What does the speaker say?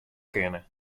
kinne